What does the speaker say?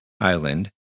island